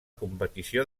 competició